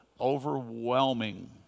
overwhelming